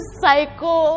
psycho